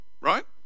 Right